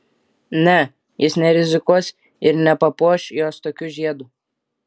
ne jis nerizikuos ir nepapuoš jos tokiu žiedu